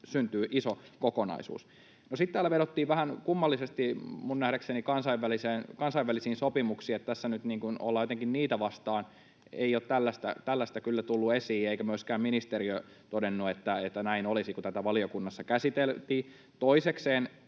syntyy iso kokonaisuus. Sitten täällä vedottiin vähän kummallisesti minun nähdäkseni kansainvälisiin sopimuksiin, että tässä nyt niin kuin ollaan jotenkin niitä vastaan. Ei ole tällaista kyllä tullut esiin, eikä myöskään ministeriö todennut, että näin olisi, kun tätä valiokunnassa käsiteltiin. Toisekseen,